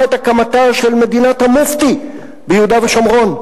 את הקמתה של מדינת המופתי ביהודה ושומרון.